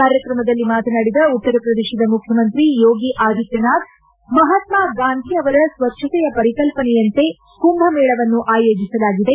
ಕಾರ್ಯಕ್ರಮದಲ್ಲಿ ಮಾತನಾಡಿದ ಉತ್ತರ ಪ್ರದೇಶದ ಮುಖ್ಯಮಂತ್ರಿ ಯೋಗಿ ಆದಿತ್ಯನಾಥ್ ಮಹಾತ್ನಾ ಗಾಂಧಿ ಆವರ ಸ್ವಚ್ಯತೆಯ ಪರಿಕಲ್ಪನೆಯಂತೆ ಕುಂಭಮೇಳವನ್ನು ಆಯೋಜಿಸಲಾಗಿದೆ